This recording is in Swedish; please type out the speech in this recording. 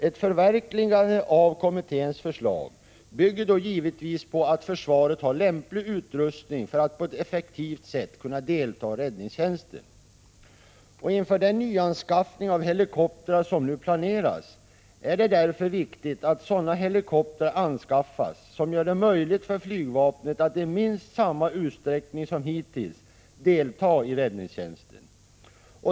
Ett förverkligande av kommitténs förslag bygger givetvis på att försvaret har lämplig utrustning för att på ett effektivt sätt kunna delta i räddningstjänsten. Inför den nyanskaffning av helikoptrar som nu planeras är det därför viktigt att sådana helikoptrar anskaffas som gör det möjligt för flygvapnet att i minst samma utsträckning som hittills delta i räddningstjänsten.